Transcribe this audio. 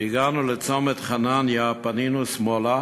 כשהגענו לצומת חנניה פנינו שמאלה,